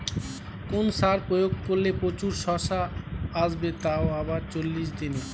কোন সার প্রয়োগ করলে প্রচুর শশা আসবে তাও আবার চল্লিশ দিনে?